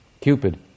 Cupid